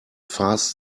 fast